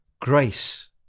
Grace